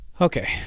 Okay